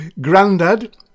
Grandad